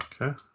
Okay